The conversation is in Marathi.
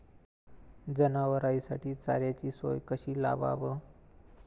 जनावराइसाठी चाऱ्याची सोय कशी लावाव?